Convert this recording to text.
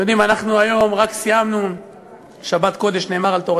אתם יודעים, אנחנו היום, רק סיימנו שבת קודש.